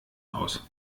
aus